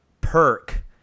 Perk